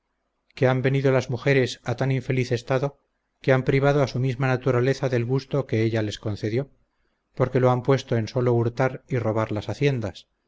que han venido las mujeres a tan infeliz estado que han privado a su misma naturaleza del gusto que ella les concedió porque lo han puesto en solo hurtar y robar las haciendas